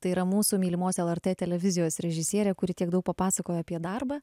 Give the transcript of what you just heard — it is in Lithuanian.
tai yra mūsų mylimos lrt televizijos režisierė kuri tiek daug papasakojo apie darbą